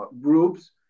groups